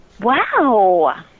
wow